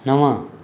नव